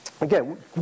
again